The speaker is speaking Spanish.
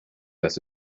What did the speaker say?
las